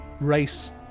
race